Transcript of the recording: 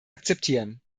akzeptieren